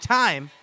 time